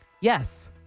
Yes